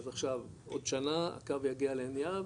אז עכשיו עוד שנה הקו יגיע לעין יהב,